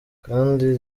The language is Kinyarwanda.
kandi